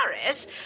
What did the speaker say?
Paris